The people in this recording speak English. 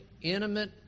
intimate